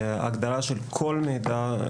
ההגדרה של כל מידע,